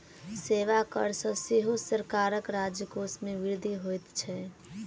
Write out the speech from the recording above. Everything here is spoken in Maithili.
सेवा कर सॅ सेहो सरकारक राजकोष मे वृद्धि होइत छै